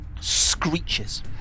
screeches